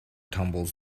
tumbles